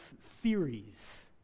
theories